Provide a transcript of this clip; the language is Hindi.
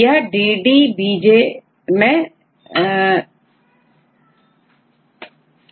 यहDDBJ मैं सभी डाटा है